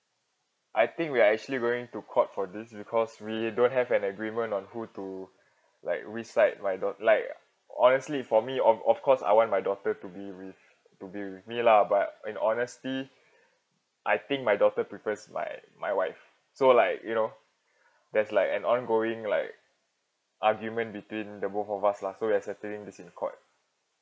I think we are actually going to court for this because we don't have an agreement on who to like which side my daugh~ like honestly for me of of course I want my daughter to be with to be with me lah but in honesty I think my daughter prefers my my wife so like you know there's like an ongoing like argument between the both of us lah so we'are settling this in court